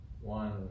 one